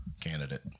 Candidate